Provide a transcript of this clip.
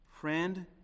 Friend